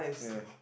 ya